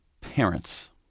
Parents